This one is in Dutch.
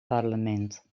parlement